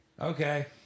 Okay